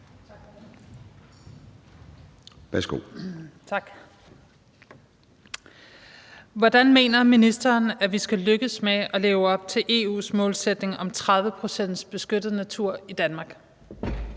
Hvordan mener ministeren at vi skal lykkes med at leve op til EU's målsætning om 30 pct. beskyttet natur i Danmark?